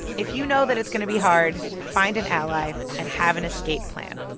if you know that it's going to be hard, find an ally and have an escape plan